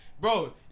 bro